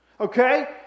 Okay